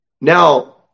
Now